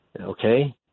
okay